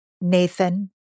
Nathan